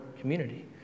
community